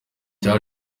cya